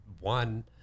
one